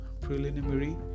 preliminary